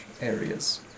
areas